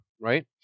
right